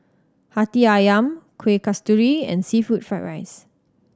Hati Ayam Kuih Kasturi and seafood fried rice